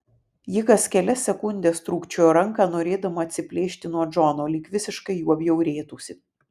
ji kas kelias sekundes trūkčiojo ranką norėdama atsiplėšti nuo džono lyg visiškai juo bjaurėtųsi